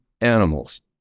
animals